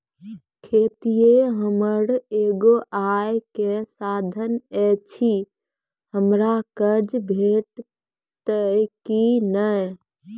खेतीये हमर एगो आय के साधन ऐछि, हमरा कर्ज भेटतै कि नै?